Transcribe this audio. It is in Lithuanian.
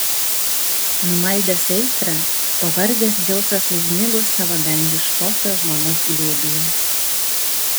numaldęs aistrą pavargęs dzeusas užmigo savo dangiškosios žmonos glėbyje